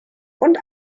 und